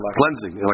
cleansing